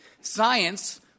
science